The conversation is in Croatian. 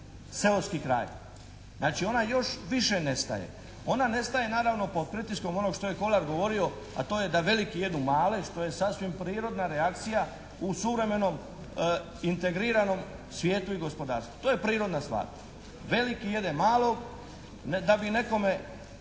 seoski kraj. Znači ona još više nestaje. Ona nestaje naravno pod pritiskom onog što je Kolar govorio, a to je da veliki jedu male što je sasvim prirodna reakcija u suvremenom integriranom svijetu i gospodarstvu. To je prirodna stvar. Veliki jede malog, da bi nekome